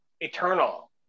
eternal